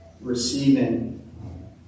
receiving